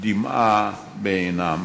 דמעה בעינם